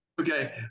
okay